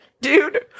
Dude